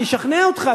אני אשכנע אותך,